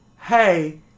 Hey